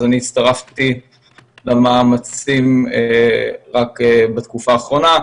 אז הצטרפתי למאמצים רק בתקופה האחרונה,